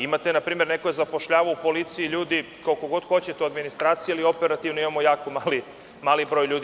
Imate, na primer, neko je zapošljavao u policiji ljudi koliko god hoćete u administraciji ali operativnoj imamo jako mali broj ljudi.